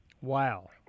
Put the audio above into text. Wow